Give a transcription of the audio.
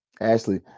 Ashley